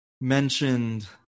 mentioned